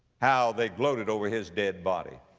how they gloated over his dead body.